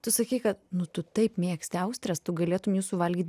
tu sakei kad nu tu taip mėgsti austres tu galėtum jį suvalgyt